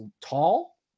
tall